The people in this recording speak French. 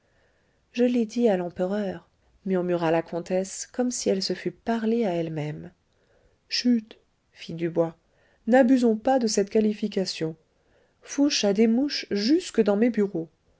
je l'ai dit à l'empereur murmura la comtesse comme si elle se fût parlé à elle-même chut fit dubois n'abusons pas de cette qualification fouché a des mouches jusque dans mes bureaux